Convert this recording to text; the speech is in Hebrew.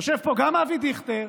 יושבים פה גם אבי דיכטר,